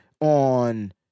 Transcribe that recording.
on